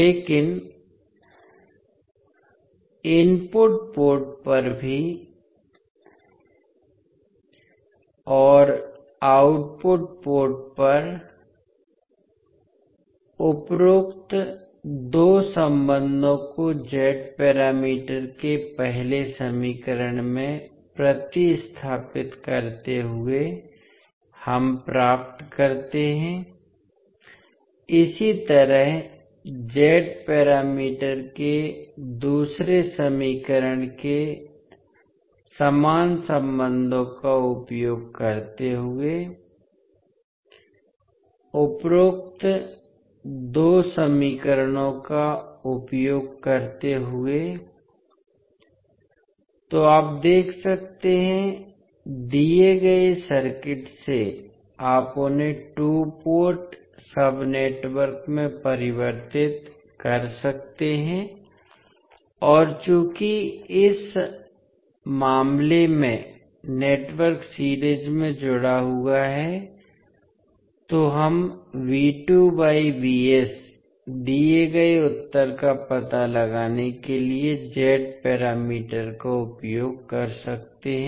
लेकिन input port पर भी और आउटपुट पोर्ट पर उपरोक्त दो संबंधों को z पैरामीटर के पहले समीकरण में प्रतिस्थापित करते हुए हम प्राप्त करते हैं इसी तरह जेड पैरामीटर के दूसरे समीकरण में समान संबंधों का उपयोग करते हुए उपरोक्त दो समीकरणों का उपयोग करते हुए तो आप देख सकते हैं दिए गए सर्किट से आप उन्हें टू पोर्ट सब नेटवर्क में परिवर्तित कर सकते हैं और चूंकि इस मामले में नेटवर्क सीरीज में जुड़ा हुआ है तो हम बाय दिए गए उत्तर का पता लगाने के लिए जेड पैरामीटर का उपयोग कर सकते हैं